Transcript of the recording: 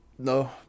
No